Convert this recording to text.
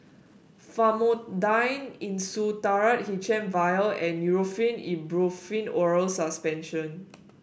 Famotidine Insulatard H M vial and Nurofen Ibuprofen Oral Suspension